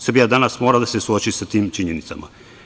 Srbija danas mora da se suoči sa tim činjenicama.